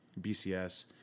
BCS